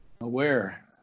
aware